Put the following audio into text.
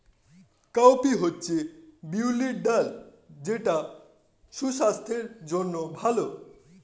cowpea হচ্ছে বিউলির ডাল যেটা সুস্বাস্থ্যের জন্য ভালো